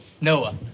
Noah